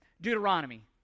Deuteronomy